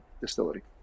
distillery